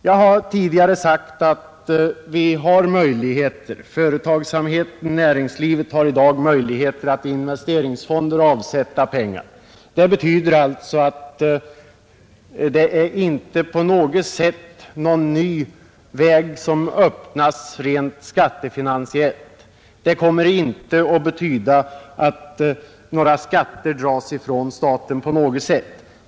Jag har tidigare sagt att företagen redan i dag kan till investeringsfonder avsätta pengar. Det betyder att den nu föreslagna fondavsättningen inte öppnar någon ny väg rent skattemässigt; några skatter kommer inte att dras ifrån staten.